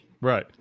Right